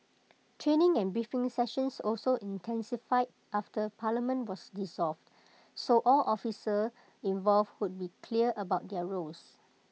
training and briefing sessions also intensified after parliament was dissolved so all officers involved would be clear about their roles